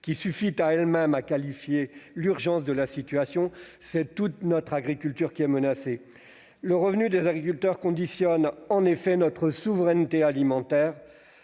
qui suffisent en elles-mêmes à dire l'urgence de la situation, c'est toute notre agriculture qui est menacée. Le revenu des agriculteurs conditionne en effet notre souveraineté alimentaire